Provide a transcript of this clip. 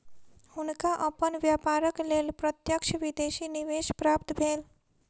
हुनका अपन व्यापारक लेल प्रत्यक्ष विदेशी निवेश प्राप्त भेल